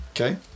Okay